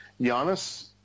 Giannis